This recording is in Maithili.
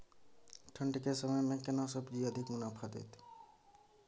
ठंढ के समय मे केना सब्जी अधिक मुनाफा दैत?